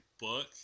book